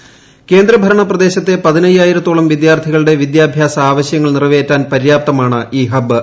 ക്യൂന്റും ഭരണ പ്രദേശത്തെ പതിനയ്യായിരത്തോളം വിദ്യാർത്ഥികളുള്ളൂ വിദ്യാഭ്യാസ ആവശ്യങ്ങൾ നിറവേറ്റുവാൻ പര്യാപ്തമാണ് ഈക്ട് ഹബ്ബ്